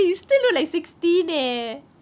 eh you still look like sixteen eh